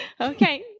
Okay